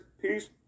Peace